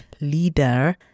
leader